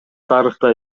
тарыхта